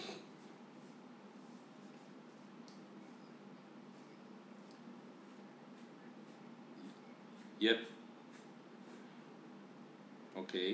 yup okay